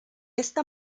esta